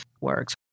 works